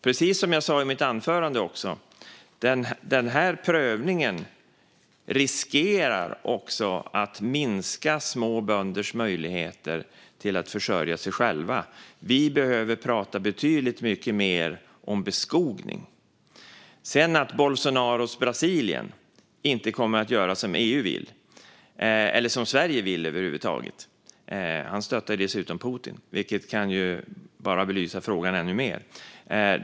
Precis som jag sa i mitt anförande riskerar den här prövningen att minska småbönders möjligheter att försörja sig själva. Vi behöver prata betydligt mycket mer om beskogning. Sedan kommer inte Bolsonaros Brasilien att göra som EU vill eller som Sverige vill över huvud taget. Han stöttar ju dessutom Putin, vilket bara belyser frågan ännu mer.